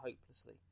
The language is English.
hopelessly